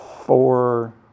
four